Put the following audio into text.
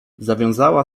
zawiązała